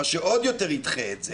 מה שעוד יותר ידחה את זה.